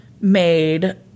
made